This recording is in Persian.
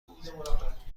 بود